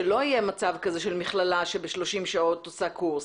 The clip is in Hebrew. שלא יהיה מצב כזה של מכללה שב-30 שעות עושה קורס.